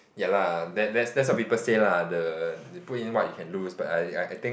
ya lah that's that's what people say lah put in what you can lose but I I I think